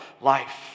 life